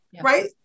right